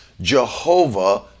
Jehovah